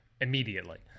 immediately